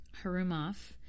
Harumaf